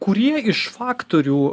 kurie iš faktorių